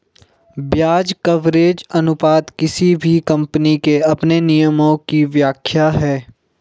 ब्याज कवरेज अनुपात किसी भी कम्पनी के अपने नियमों की व्याख्या है